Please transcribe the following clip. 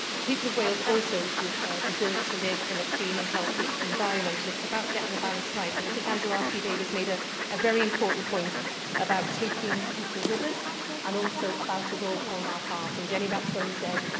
people of wales also deserve to live in a clean and healthy environment, and it's about getting the balance right. and i think andrew r t. davies made ah a very important point about taking people with us and also about us all playing our part. and jenny rathbone said,